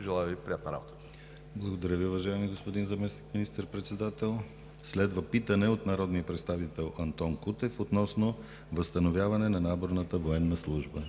Желая Ви приятна работа! ПРЕДСЕДАТЕЛ ДИМИТЪР ГЛАВЧЕВ: Благодаря Ви, уважаеми господин Заместник министър-председател. Следва питане от народния представител Антон Кутев относно възстановяване на наборната военна служба.